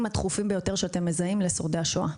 הדחופים ביותר שאתם מזהים עבור שורדי השואה.